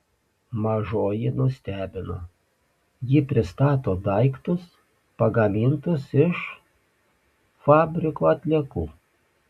mažoji nustebino ji pristato daiktus pagamintus iš fabriko atliekų